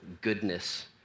goodness